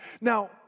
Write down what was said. Now